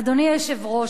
אדוני היושב-ראש,